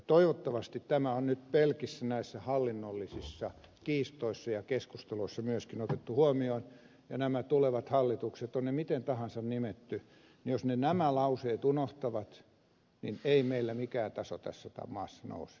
toivottavasti tämä on nyt näissä pelkissä hallinnollisissa kiistoissa ja keskusteluissa myöskin otettu huomioon ja jos nämä tulevat hallitukset on ne miten tahansa nimetty nämä lauseet unohtavat niin ei meillä mikään taso tässä maassa nouse